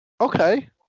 Okay